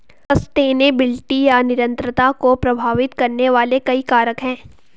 sustainability या निरंतरता को प्रभावित करने वाले कई कारक हैं